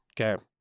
okay